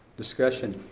discussion.